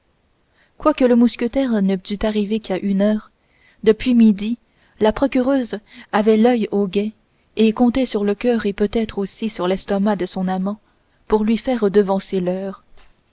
quoique le mousquetaire ne dût arriver qu'à une heure depuis midi la procureuse avait l'oeil au guet et comptait sur le coeur et peut-être aussi sur l'estomac de son adorateur pour lui faire devancer l'heure